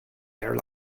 air